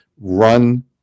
run